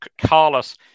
Carlos